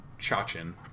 Chachin